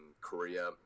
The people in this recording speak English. Korea